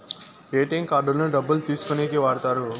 ATM కార్డులను డబ్బులు తీసుకోనీకి వాడుతారు